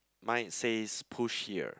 mine says push here